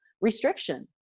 restriction